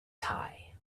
tie